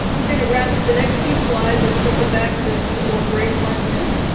we're going to wrap up the next few slides and circle back to a few more great questions.